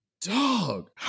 dog